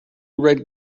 red